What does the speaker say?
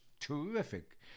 terrific